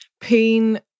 Pain